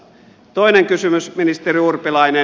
toinen kysymys ministeri urpilainen